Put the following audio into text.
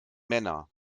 männer